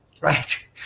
right